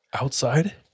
outside